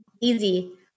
Easy